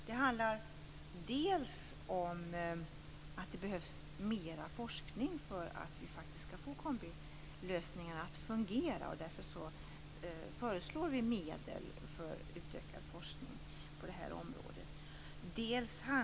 Det handlar bl.a. om att det behövs mer forskning för att vi skall få kombilösningarna att fungera. Därför föreslår vi medel för utökad forskning på det här området.